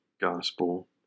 gospel